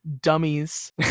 dummies